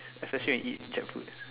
especially when you eat Jackfruit